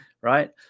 right